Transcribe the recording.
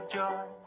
joy